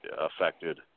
affected